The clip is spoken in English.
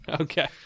Okay